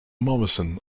morrison